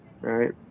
right